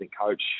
coach